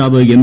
നേതാവ് എം